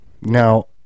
now